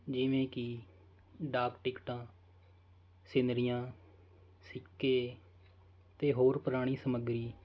ਜਿਵੇਂ ਕਿ ਡਾਕ ਟਿਕਟਾਂ ਸੀਨਰੀਆਂ ਸਿੱਕੇ ਅਤੇ ਹੋਰ ਪੁਰਾਣੀ ਸਮੱਗਰੀ